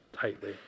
tightly